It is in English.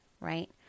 right